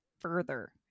further